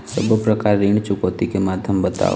सब्बो प्रकार ऋण चुकौती के माध्यम बताव?